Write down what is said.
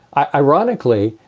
ironically,